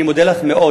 אני מודה לך מאוד,